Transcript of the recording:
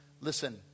Listen